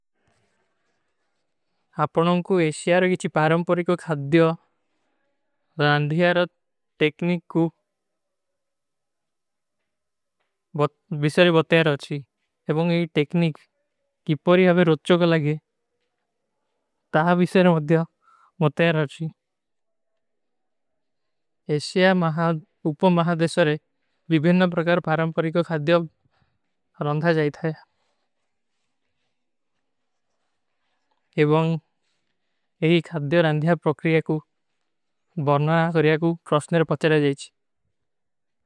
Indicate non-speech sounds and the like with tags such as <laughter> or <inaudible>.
ଆପନାଂ କୁ ଏସିଯାର ଗିଚୀ ପାରଂପରୀ କୋ ଖାଦ୍ଯୋ ରାଂଧିଯାର ଟେକନିକ କୁ <hesitation> ବିଶରେ ବତଯାର ହୋଚୀ। ଏବଂଗ ଏଇ ଟେକନିକ କିପରୀ ହାବେ ରୋଚ୍ଚୋ କା ଲାଗେ ତା ବିଶରେ ମଦ୍ଯାର ମତଯାର ହୋଚୀ। <hesitation> ଏସିଯା ମହା ଉପମହା ଦେଶରେ ଵିଭେନ୍ଯ ପ୍ରକାର ପାରଂପରୀ କୋ ଖାଦ୍ଯୋ ରାଂଧା ଜାଯତା ହୈ ଏବଂଗ ଏଇ ଖାଦ୍ଯୋ ରାଂଧିଯାର ପ୍ରକ୍ରିଯା କୁ ବର୍ଣା କରିଯା କୁ କ୍ରୋସ୍ଟନେର ପଚ୍ଚଲା ଜାଯୀଚ।